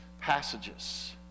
passages